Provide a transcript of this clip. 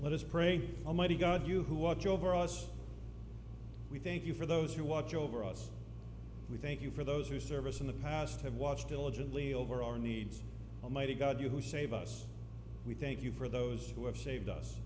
let us pray almighty god you who watch over us we thank you for those who watch over us we thank you for those who service in the past have watched diligently over our needs almighty god you who save us we thank you for those who have saved us